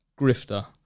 grifter